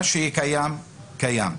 מה שקיים קיים,